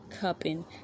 Cupping